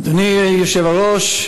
אדוני היושב-ראש,